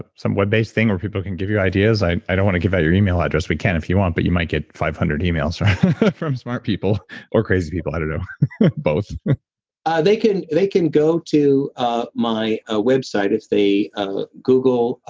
ah some web based thing, where people can give you ideas. i i don't want to give out your email address. we can if you want, but you might get five hundred emails from smart people or crazy people. i don't know both they can, they can go to ah my ah website if they ah google